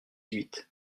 huit